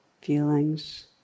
feelings